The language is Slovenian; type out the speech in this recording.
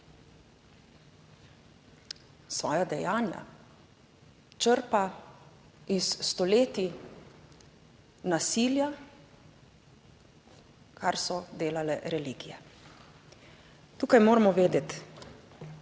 svoja dejanja črpa iz stoletij nasilja, kar so delale religije. Tukaj moramo vedeti